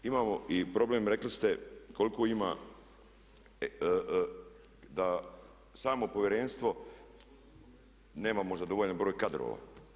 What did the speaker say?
Imamo i problem rekli ste koliko ima da samo povjerenstvo nema možda dovoljan broj kadrova.